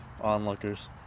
onlookers